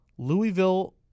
Louisville